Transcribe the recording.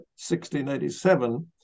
1687